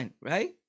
right